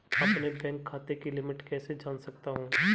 अपने बैंक खाते की लिमिट कैसे जान सकता हूं?